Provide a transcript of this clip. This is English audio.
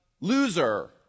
loser